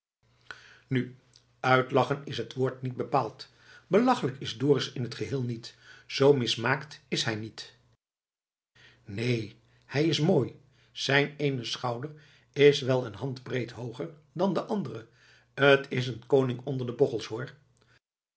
nu uitlachen is het woord niet bepaald belachelijk is dorus in t geheel niet z mismaakt is hij niet neen hij is mooi zijn eene schouder is wel een handbreed hooger dan de andere t is een koning onder de bochels